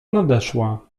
nadeszła